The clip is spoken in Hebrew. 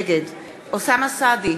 נגד אוסאמה סעדי,